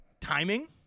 timing